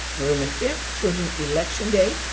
november fifth, children election day,